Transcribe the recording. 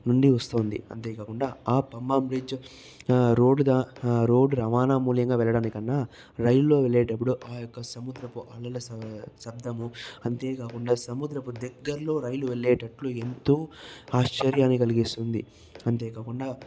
నుండి వస్తోంది అంతే కాకుండా ఆ పంబం బ్రిడ్జ్ రోడ్డు దా రోడ్డు రవాణా మూల్యంగా వెళ్లడానికన్నా రైల్లో వెళ్ళేటప్పుడు ఆ యొక్క సముద్రపు అలల శబ్దము అంతే కాకుండా సముద్రపు దగ్గర్లో రైలు వెళ్ళేటట్లు ఎంతో ఆశ్చర్యాన్ని కలిగిస్తుంది అంతే కాకుండా